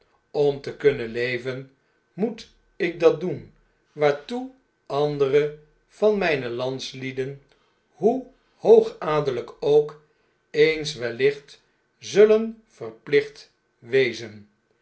om te kunnen leven moet ik dat doen waartoe andere van myne landslieden hoe hoogadeliyk ook eens wellicht zullen verplicht wezen